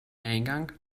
eingang